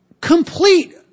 complete